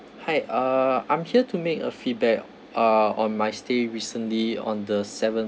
hi uh I'm here to make a feedback uh on my stay recently on the seven